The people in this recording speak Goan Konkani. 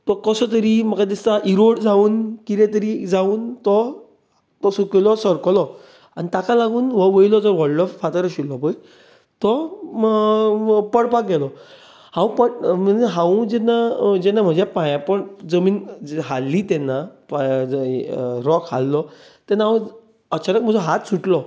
तो कसो तरी म्हाका दिसता इराॅड जावून कितें तरी जावून तो तो सुकिल्लो सरकलो आनी ताका लागून हो वयलो जो फातर आशिल्लो पळय तो पडपाक गेलो हांव पडट हांवूय जेन्ना जेन्ना म्हज्या पांया परतून जमीन हाल्ली तेन्ना पांया राॅक हाल्लो तेन्ना हांव अचानक म्हजो हात सुटलो